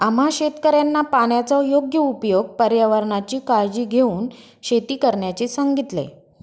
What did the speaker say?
आम्हा शेतकऱ्यांना पाण्याचा योग्य उपयोग, पर्यावरणाची काळजी घेऊन शेती करण्याचे सांगितले